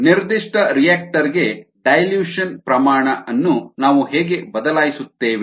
ನಿರ್ದಿಷ್ಟ ರಿಯಾಕ್ಟರ್ ಗೆ ಡೈಲ್ಯೂಷನ್ ಸಾರಗುಂದಿಸುವಿಕೆ ಪ್ರಮಾಣ ಅನ್ನು ನಾವು ಹೇಗೆ ಬದಲಾಯಿಸುತ್ತೇವೆ